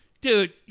Dude